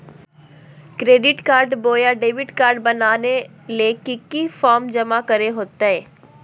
Credit card बोया debit card बनाने ले की की फॉर्म जमा करे होते?